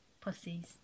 Pussies